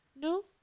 No